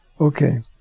Okay